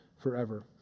forever